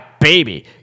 baby